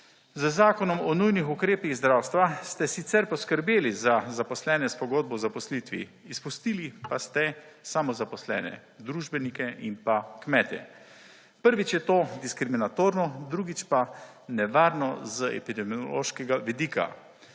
Z Zakonom o nujnih ukrepih zdravstva ste sicer poskrbeli za zaposlene s pogodbo o zaposlitvi, izpustili pa ste samozaposlene, družbenike in pa kmete. Prvič je to diskriminatorno, drugič pa nevarno z epidemiološkega vidika.